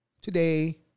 today